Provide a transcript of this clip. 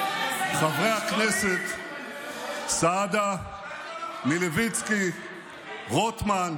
חברי הכנסת סעדה, מלביצקי, רוטמן,